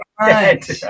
right